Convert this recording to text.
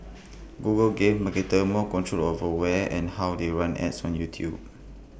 Google gave marketers more control over where and how they run ads on YouTube